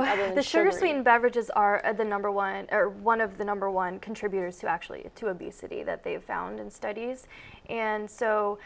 how did the sugar sweetened beverages are the number one or one of the number one contributors to actually to obesity that they've found and studies and so